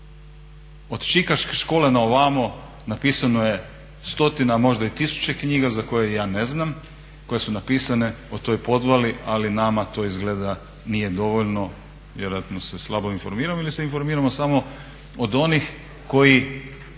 Od Čikaške škole na ovamo napisano je stotina, a možda i tisuće knjiga za koje ja ne znam koje su napisane o toj podvali, ali nama to izgleda nije dovoljno, vjerojatno se slabo informiramo ili se informiramo samo od onih koji